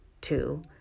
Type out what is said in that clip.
two